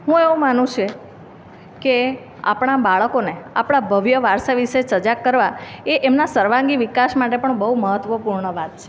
હું એવું માનું છું કે આપણાં બાળકોને આપણા ભવ્ય વારસા વિશે સજાગ કરવાં એ એમના સર્વાંગી વિકાસ માટે પણ બહુ મહત્ત્વપૂર્ણ વાત છે